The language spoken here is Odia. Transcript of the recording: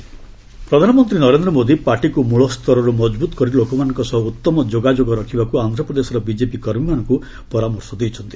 ପିଏମ୍ ଏପି ବିଜେପି ୱାର୍କର୍ସ ପ୍ରଧାନମନ୍ତ୍ରୀ ନରେନ୍ଦ୍ର ମୋଦି ପାର୍ଟିକୁ ମୂଳ୍ତରରୁ ମଜବୁତ କରି ଲୋକମାନଙ୍କ ସହ ଉତ୍ତମ ଯୋଗାଯୋଗ ରଖିବାକୁ ଆନ୍ଧ୍ରପ୍ରଦେଶର ବିଜେପି କର୍ମୀମାନଙ୍କୁ ପରାମର୍ଶ ଦେଇଛନ୍ତି